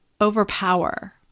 overpower